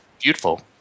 beautiful